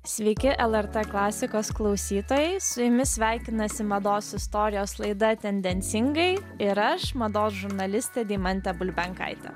sveiki lrt klasikos klausytojai su jumis sveikinasi mados istorijos laida tendencingai ir aš mados žurnalistė deimantė bulbenkaitė